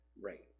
Right